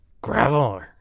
gravel